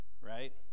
right